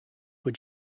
were